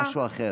זה משהו אחר.